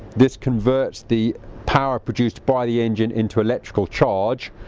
this converts the power produced by the engine into electrical charge,